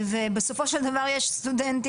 ובסופו של דבר יש סטודנטים,